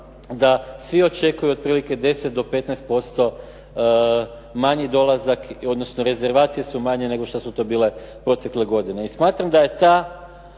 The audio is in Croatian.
da svi očekuju otprilike 10 do 15% manji dolazak, odnosno rezervacije su manje nego što su to bile protekle godine.